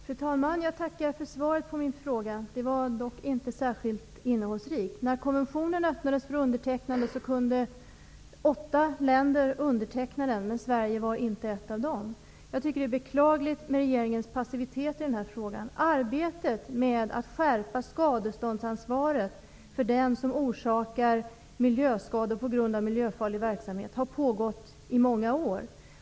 Fru talman! Jag tackar för svaret på min fråga. Svaret var dock inte särskilt innehållsrikt. När konventionen öppnades för undertecknande kunde åtta länder underteckna den, men Sverige var inte ett av dessa länder. Det är beklagligt med regeringens passivitet i den här frågan. Arbetet med att skärpa skadeståndsansvaret för den som orsakar miljöskador på grund av miljöfarlig verksamhet har pågått i många år.